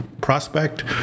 prospect